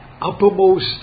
uppermost